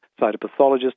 cytopathologist